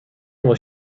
was